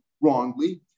wrongly